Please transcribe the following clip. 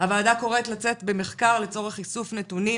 הוועדה קוראת לצאת במחקר לצורך איסוף נתונים